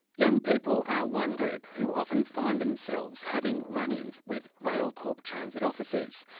young people are one group who often find themselves having run-ins with railcorp transit officers.